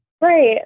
Right